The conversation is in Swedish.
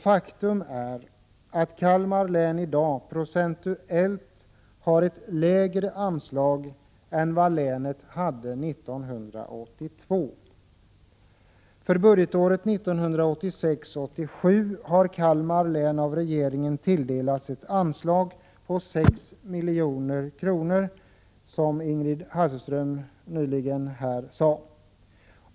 Faktum är att Kalmar län i dag procentuellt sett har ett lägre anslag än vad länet hade 1982. För budgetåret 1986/87 har Kalmar län av regeringen tilldelats ett anslag på 6 milj.kr., som Ingrid Hasselström Nyvall nyligen här sade.